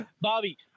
Bobby